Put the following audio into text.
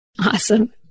Awesome